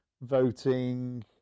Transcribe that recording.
voting